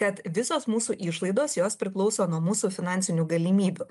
kad visos mūsų išlaidos jos priklauso nuo mūsų finansinių galimybių